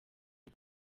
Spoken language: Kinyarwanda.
isi